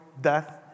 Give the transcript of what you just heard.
death